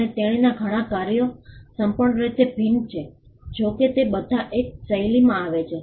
અને તેણીનાં બધાં કાર્યો સંપૂર્ણ રીતે ભિન્ન છે જો કે તે બધા એક જ શૈલીમાં આવે છે